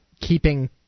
keeping